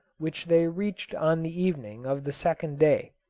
which they reached on the evening of the second day.